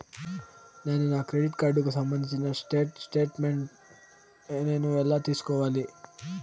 నేను నా క్రెడిట్ కార్డుకు సంబంధించిన స్టేట్ స్టేట్మెంట్ నేను ఎలా తీసుకోవాలి?